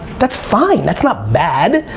that's fine. that's not bad.